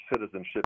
citizenship